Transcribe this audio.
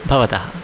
भवतः